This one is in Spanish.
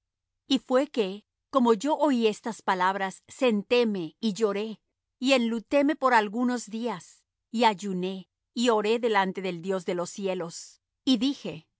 y fué que como yo oí estas palabras sentéme y lloré y enlutéme por algunos días y ayuné y oré delante del dios de los cielos y dije